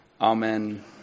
Amen